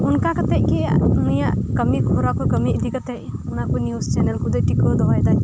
ᱚᱱᱠᱟ ᱠᱟᱛᱮᱫ ᱜᱮ ᱩᱱᱤᱭᱟᱜ ᱠᱟᱹᱢᱤ ᱦᱚᱨᱟ ᱠᱚ ᱠᱟᱹᱢᱤ ᱤᱫᱤ ᱠᱟᱛᱮᱫ ᱚᱱᱟᱠᱚ ᱱᱤᱭᱩᱡ ᱪᱮᱱᱮᱞ ᱠᱚᱫᱚᱭ ᱴᱤᱠᱟᱹᱣ ᱫᱚᱦᱚᱭᱮᱫᱟ